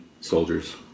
Soldiers